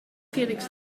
felix